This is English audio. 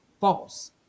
False